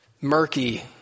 murky